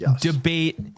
debate